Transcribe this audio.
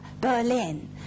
Berlin